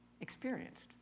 experienced